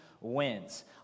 wins